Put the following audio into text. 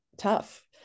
tough